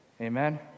Amen